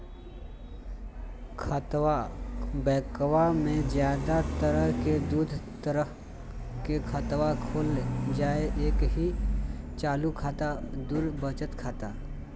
बैंकवा मे ज्यादा तर के दूध तरह के खातवा खोलल जाय हई एक चालू खाता दू वचत खाता